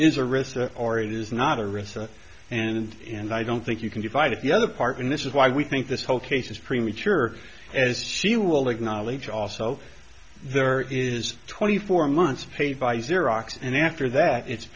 is a risk or it is not a risk and i don't think you can divide it the other part and this is why we think this whole case is premature as she will acknowledge also there is twenty four months paid by xerox and after that it's